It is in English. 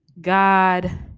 God